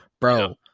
bro